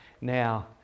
Now